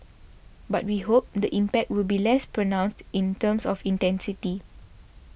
but we hope the impact will be less pronounced in terms of intensity